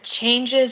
changes